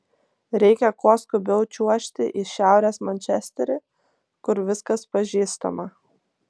reikia kuo skubiau čiuožti į šiaurės mančesterį kur viskas pažįstama